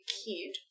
kid